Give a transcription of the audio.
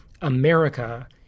America